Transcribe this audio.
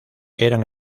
eran